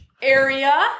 area